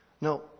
No